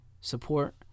Support